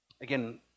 Again